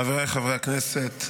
חבריי חברי הכנסת,